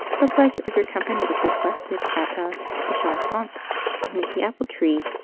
the pleasure of your company is requested at a the chantant under the apple tree.